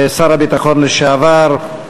לשר הביטחון לשעבר,